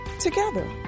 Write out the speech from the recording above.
together